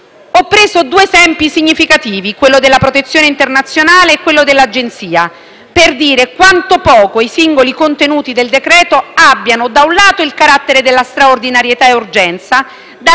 Ho preso due esempi significativi, quello della protezione internazionale e quello dell'Agenzia, per dire quanto poco i singoli contenuti del decreto-legge abbiano da un lato il carattere della straordinarietà e urgenza,